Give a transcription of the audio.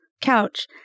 couch